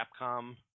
Capcom